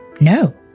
No